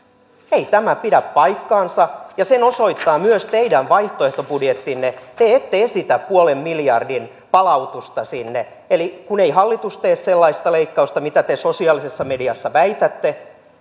ei tämä pidä paikkaansa ja sen osoittaa myös teidän vaihtoehtobudjettinne te ette esitä puolen miljardin palautusta sinne eli kun ei hallitus tee sellaista leikkausta mitä te sosiaalisessa mediassa väitätte